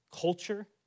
culture